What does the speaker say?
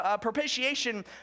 propitiation